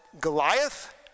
Goliath